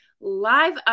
live